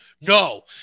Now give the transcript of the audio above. no